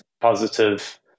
positive